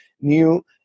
new